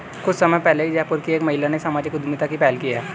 कुछ समय पहले ही जयपुर की एक महिला ने सामाजिक उद्यमिता की पहल की है